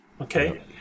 okay